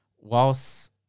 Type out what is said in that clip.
whilst